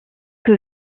que